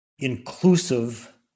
inclusive